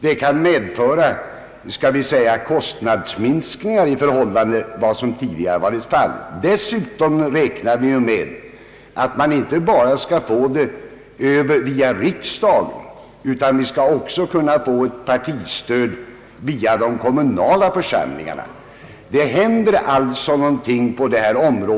Detta kan medföra kostnadsminskningar i förhållande till vad som tidigare varit fallet. Dessutom räknar vi med att partistöd skall utgå inte bara via riksdagen utan också via de kommunala församlingarna.